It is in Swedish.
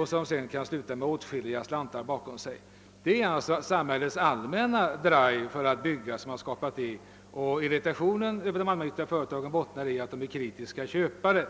och slutar kanske med stora slantar i fickan. Det är alltså samhällets allmänna drive för byggande som skapat detta, och irritationen över de allmännyttiga företagen bottnar alltså i att de är kritiska köpare.